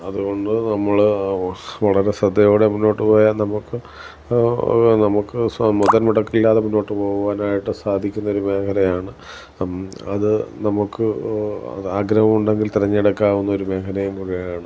അതുകൊണ്ട് നമ്മൾ ആ ഓ വളരെ ശ്രദ്ധയോടെ മുന്നോട്ട് പോയാൽ നമുക്ക് നമുക്ക് സമ്മതം മുടക്കില്ലാതെ മുന്നോട്ട് പോകുവാനായിട്ട് സാധിക്കുന്ന ഒരു മേഖലയാണ് അത് നമുക്ക് ആഗ്രഹം ഉണ്ടെങ്കിൽ തെരഞ്ഞെടുക്കാവുന്ന ഒരു മേഖലയും കൂടെയാണ്